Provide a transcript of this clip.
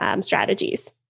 strategies